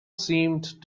seemed